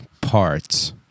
parts